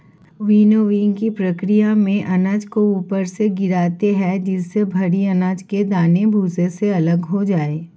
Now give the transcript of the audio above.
विनोविंगकी प्रकिया में अनाज को ऊपर से गिराते है जिससे भरी अनाज के दाने भूसे से अलग हो जाए